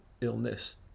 illness